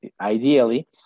ideally